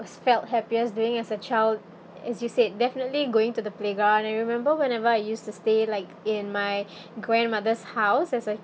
was felt happiest doing as a child as you said definitely going to the playground and I remember whenever I used to stay like in my grandmother's house as a